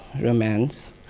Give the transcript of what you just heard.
romance